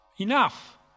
enough